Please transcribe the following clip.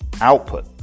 output